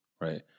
right